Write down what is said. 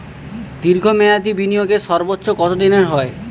দীর্ঘ মেয়াদি বিনিয়োগের সর্বোচ্চ কত দিনের হয়?